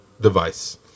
device